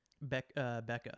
Becca